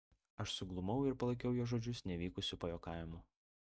aš suglumau ir palaikiau jo žodžius nevykusiu pajuokavimu